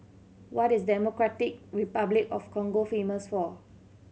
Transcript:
what is Democratic Republic of Congo famous for